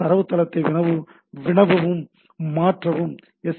தரவுத்தளத்தை வினவவும் மாற்றவும் எஸ்